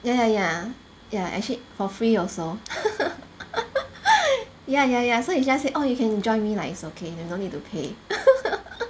ya ya ya ya actually for free also yeah yeah yeah so he just say oh you can join me like it's okay no need to pay